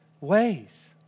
ways